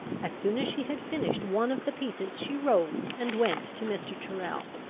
as soon as she had finished one of the pieces, she rose and went to mr. tyrrel.